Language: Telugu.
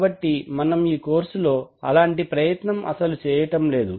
కాబట్టి మనం ఈ కోర్సు లో అలాంటి ప్రయత్నం అసలు చేయటంలేదు